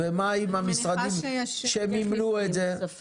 ומה עם המשרדים שמימנו את זה?